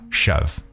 shove